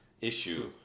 issue